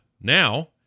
Now